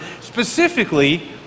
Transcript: specifically